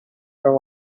for